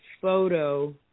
photo